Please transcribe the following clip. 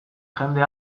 jende